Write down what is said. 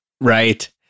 Right